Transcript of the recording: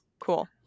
cool